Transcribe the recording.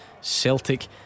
Celtic